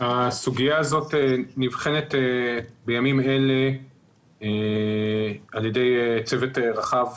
הסוגיה הזאת נבחנת בימים אלה על ידי צוות רחב